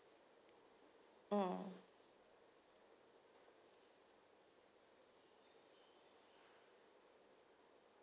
mm